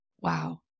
Wow